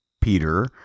Peter